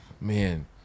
Man